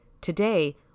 Today